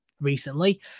recently